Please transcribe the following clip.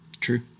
True